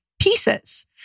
pieces